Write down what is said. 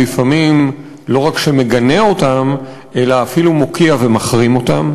לפעמים לא רק מגנה אותם אלא אפילו מוקיע ומחרים אותם.